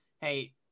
hey